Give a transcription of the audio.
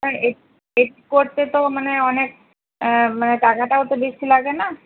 আর edit করতে তো মানে অনেক মানে টাকাটাও তো বেশি লাগে না